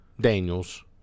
Daniels